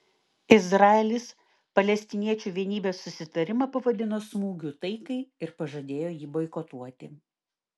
izraelis palestiniečių vienybės susitarimą pavadino smūgiu taikai ir pažadėjo jį boikotuoti